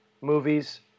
movies